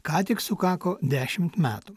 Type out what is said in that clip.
ką tik sukako dešimt metų